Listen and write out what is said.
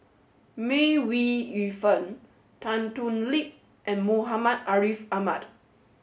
May Ooi Yu Fen Tan Thoon Lip and Muhammad Ariff Ahmad